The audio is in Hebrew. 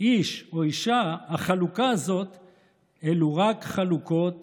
איש או אישה, החלוקות האלה אלו רק חלוקות